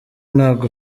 nabwo